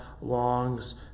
longs